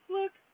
Look